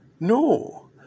No